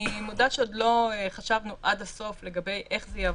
לגבי הבחירות אני מודה שעוד לא חשבנו עד הסוף איך זה יעבוד.